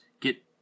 get